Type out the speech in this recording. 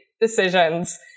decisions